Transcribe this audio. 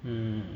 mmhmm